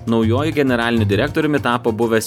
naujuoju generaliniu direktoriumi tapo buvęs